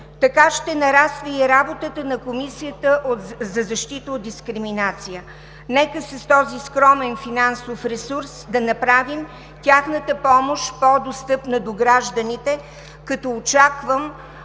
така ще нарасне и работата на Комисията за защита от дискриминация. Нека с този скромен финансов ресурс да направим тяхната помощ по-достъпна до гражданите като очаквам